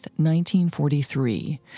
1943